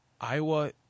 Iowa